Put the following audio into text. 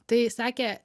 tai sakė